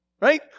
right